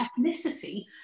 ethnicity